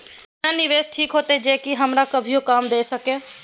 केना निवेश ठीक होते जे की हमरा कभियो काम दय सके?